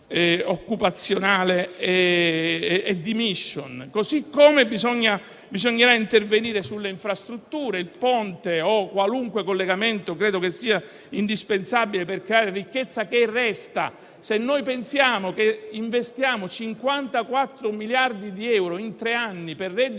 occupazionale e di *mission*, così come bisognerà intervenire sulle infrastrutture, il Ponte o qualunque collegamento che resti, che ritengo siano indispensabili per creare ricchezza. Dobbiamo pensare che investiamo 54 miliardi di euro in tre anni per reddito